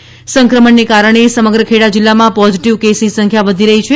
Kheda corona સંક્રમણને કારણે સમગ્ર ખેડા જિલ્લામાં પોઝિટિવ કેસની સંખ્યા વધી રહી છે